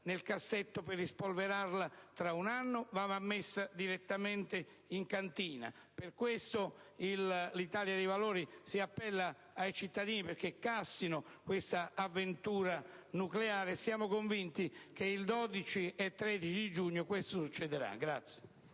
nel cassetto per rispolverarla tra un anno, ma va messa direttamente in cantina. Per questo l'Italia dei Valori si appella ai cittadini, perché cassino questa avventura nucleare, e siamo convinti che il 12 e 13 giugno questo succederà.